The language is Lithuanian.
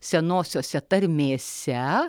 senosiose tarmėse